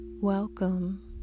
Welcome